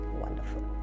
Wonderful